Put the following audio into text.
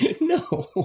No